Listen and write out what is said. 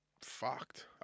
fucked